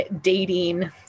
dating